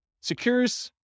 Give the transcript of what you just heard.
secures